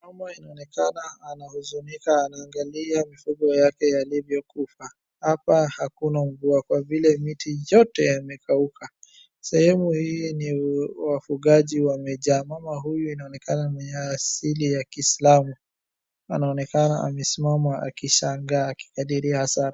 Mama inaonekana anahuzunika anaangalia mifugo yalivyokufa. Hapa hakuna mvua kwa vile miti yote yamekauka. Sehemu hiii ni wafugaji wamejaa. Mama huyu inaonekana ni asili ya kislamu. Anaonekana amesimama akishangaa akikadiri hasara.